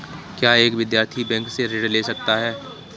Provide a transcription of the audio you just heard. क्या एक विद्यार्थी बैंक से ऋण ले सकता है?